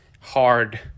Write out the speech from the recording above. hard